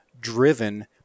driven